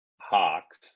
Hawks